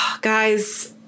Guys